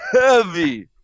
heavy